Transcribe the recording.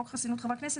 חוק חסינות חברי הכנסת,